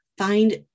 Find